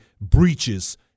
breaches